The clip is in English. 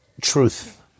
truth